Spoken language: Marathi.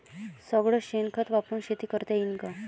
सगळं शेन खत वापरुन शेती करता येईन का?